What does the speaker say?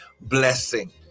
blessing